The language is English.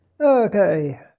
Okay